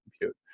compute